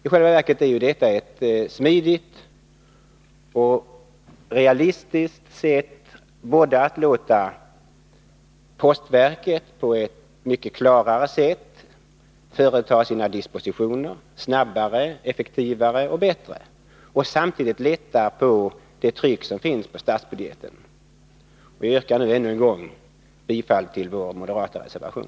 Isjälva verket är detta en smidig och realistisk metod att låta postverket på ett mycket klarare sätt företa sina dispositioner snabbare, effektivare och bättre och samtidigt lätta på det tryck som finns på statsbudgeten. Jag yrkar ännu en gång bifall till vår moderata reservation.